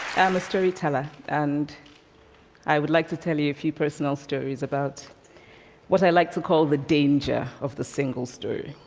i'm a storyteller. and i would like to tell you a few personal stories about what i like to call the danger of the single story.